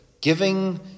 giving